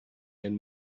and